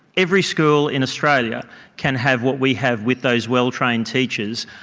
every school in australia can have what we have with those well-trained teachers,